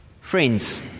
Friends